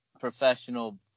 professional